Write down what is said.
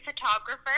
photographer